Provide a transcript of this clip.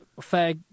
fair